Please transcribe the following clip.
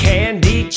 Candy